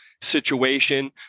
situation